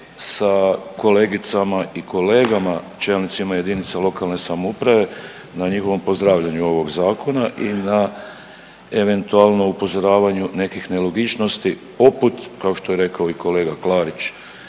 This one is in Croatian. sa kolegicama i kolegama čelnicima jedinica lokalne samouprave na njihovom pozdravljanju ovog zakona i na eventualno upozoravanju nekih nelogičnosti poput kao što je rekao i kolega Klarić.